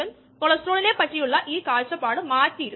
ഇവ രണ്ടും തമ്മിൽ നമ്മൾ ഒരു വ്യത്യാസം മനസിലാക്കണം